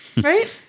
Right